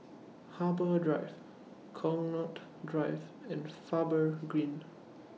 Harbour Drive Connaught Drive and Faber Green